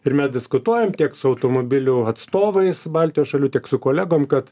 ir mes diskutuojam tiek su automobilių atstovais baltijos šalių tiek su kolegom kad